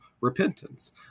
repentance